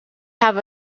have